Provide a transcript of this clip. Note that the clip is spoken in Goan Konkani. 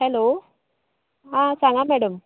हॅलो आं सांगा मेडम